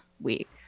week